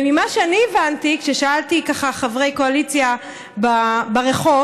וממה שאני הבנתי כששאלתי חברי קואליציה ברחוב,